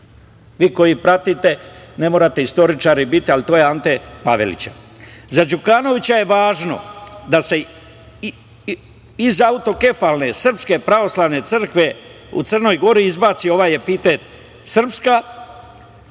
Vi koji pratite ne morate istoričari biti, ali to je Ante Pavelića.Za Đukanovića je važno da se iz autokefalne srpske pravoslavne crkve u Crnoj Gori izbaci ovaj epitet srpska,